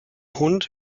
hund